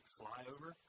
flyover